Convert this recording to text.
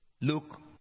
Look